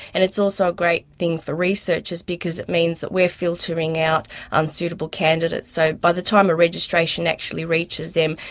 and it's also a great thing for researchers because it means that we are filtering out unsuitable candidates. so by the time a registration actually reaches them,